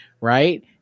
right